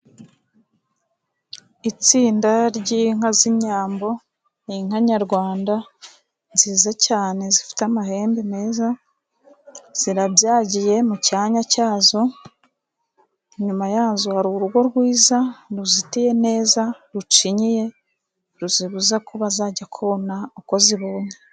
Itsinda ry'inka z'inyambo, n' inka nyarwanda nziza cyane, zifite amahembe meza. Zirabyagiye mu cyanya cyazo, inyuma yazo hari urugo rwiza ruzitiye neza, rucinyiye, ruzibuza kuba zajya kona uko zibonye.